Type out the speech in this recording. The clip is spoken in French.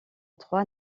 trois